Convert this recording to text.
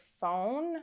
phone